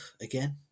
again